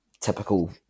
Typical